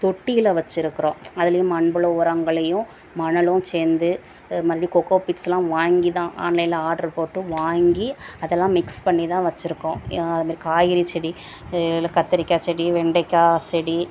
தொட்டியில் வச்சிருக்கிறோம் அதுலேயும் மண்புழு உரங்களையும் மணலும் சேர்ந்து மறுபடியும் கொக்கோ பிட்ஸ்லாம் வாங்கி தான் ஆன்லைனில் ஆர்ட்ரு போட்டு வாங்கி அதெல்லாம் மிக்ஸ் பண்ணி தான் வச்சிருக்கோம் அது மாரி காய்கறி செடி இதில் கத்திரிக்காய் செடி வெண்டைக்காய் செடி